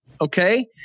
okay